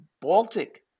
Baltic